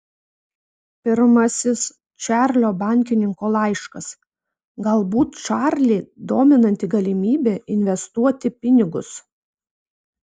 pirmasis čarlio bankininko laiškas galbūt čarlį dominanti galimybė investuoti pinigus